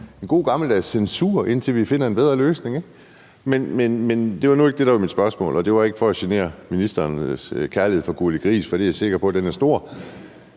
god gammeldags censur – indtil vi finder en bedre løsning. Men det var nu ikke det, der var mit spørgsmål, og det var ikke for at genere ministeren i forhold til hendes kærlighed til »Gurli Gris«, for den er jeg sikker på er stor.